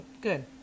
good